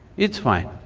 it's fine.